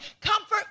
Comfort